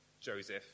Joseph